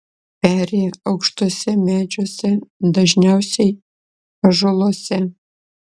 peri aukštuose medžiuose dažniausiai ąžuoluose